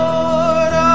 Lord